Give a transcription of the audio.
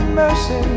mercy